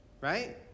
right